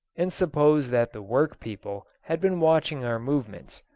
and supposed that the work-people had been watching our movements,